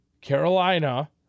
Carolina